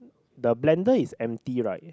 the blender is empty right